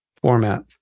format